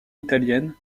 italienne